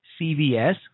CVS